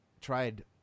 tried